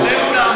בוא נסכם ששנינו,